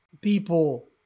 People